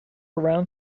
around